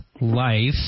life